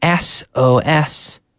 SOS